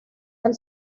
del